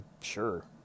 sure